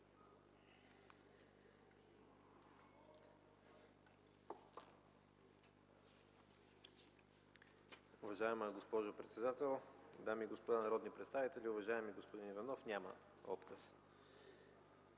Уважаеми господин председател, дами и господа народни представители! Уважаеми господин Петков, уверявам